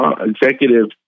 executive